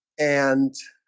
and